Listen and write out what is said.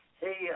Hey